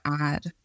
add